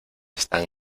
están